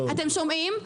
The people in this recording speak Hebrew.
אתם שומעים,